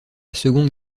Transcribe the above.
seconde